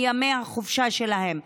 מימי החופשה שלהם.